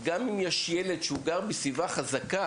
גם אם יש ילד שהוא גר בסביבה חזקה,